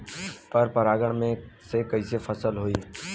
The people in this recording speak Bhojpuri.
पर परागण से कईसे फसल होई?